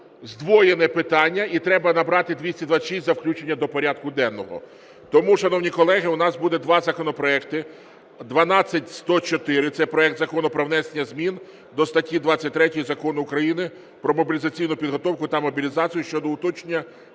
здвоєне питання, і треба набрати 226 за включення до порядку денного. Тому, шановні колеги, у нас буде два законопроекти. 12104 – це проект Закону про внесення змін до статті 23 Закону України "Про мобілізаційну підготовку та мобілізацію" щодо уточнення